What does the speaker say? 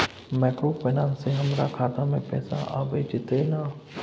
Microfinance से हमारा खाता में पैसा आबय जेतै न?